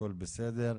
הכל בסדר.